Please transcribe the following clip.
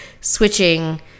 switching